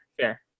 fair